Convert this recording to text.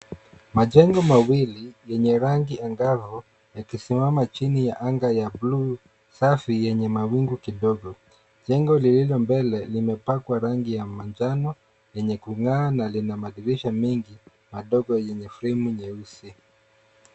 Majengo mawili, yenye rangi angavu yakisimama chini ya anga ya blue safi yenye mawingu kidogo. Jengo lililo mbele limepakwa rangi ya manjano, yenye kung'aa na lina madirisha mengi madogo yenye fremu nyeusi.